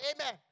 Amen